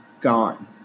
gone